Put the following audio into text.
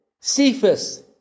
Cephas